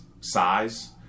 size